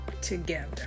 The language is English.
together